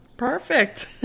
Perfect